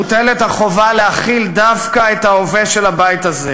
מוטלת החובה להכיל דווקא את ההווה של הבית הזה,